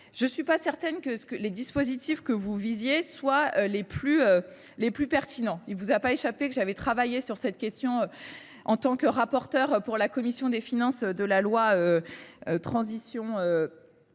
je ne suis pas certaine que les dispositifs que vous visiez soient les plus pertinents… Il ne vous aura pas échappé que j’ai travaillé sur cette question en tant que rapporteur pour avis de la commission des finances lors